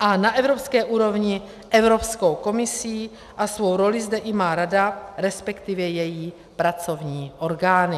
a na evropské úrovni Evropskou komisí a svou roli zde má i Rada, respektive její pracovní orgány.